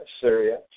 Syria